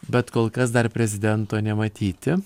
bet kol kas dar prezidento nematyti